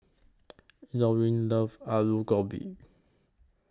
Lorine loves Alu Gobi